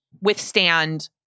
withstand